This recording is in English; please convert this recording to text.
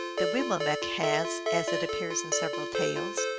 the weewillmekq has, as it appears in several tales,